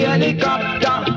helicopter